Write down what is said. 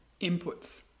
inputs